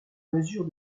mesure